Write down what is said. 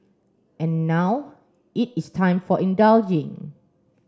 and now it is time for indulging